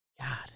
God